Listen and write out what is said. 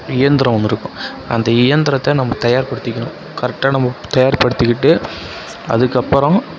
இயந்திரம் ஒன்று இருக்கும் அந்த இயந்திரத்தை நம்ம தயார் படுத்திக்கணும் கரெக்ட்டா நம்ம தயார் படுத்திக்கிட்டு அதுக்கப்புறம்